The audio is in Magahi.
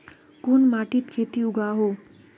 कोन माटित खेती उगोहो?